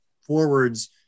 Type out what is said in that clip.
forwards